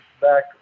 back